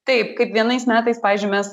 taip kaip vienais metais pavyzdžiui mes